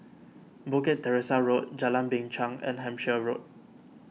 Bukit Teresa Road Jalan Binchang and Hampshire Road